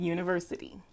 University